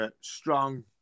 strong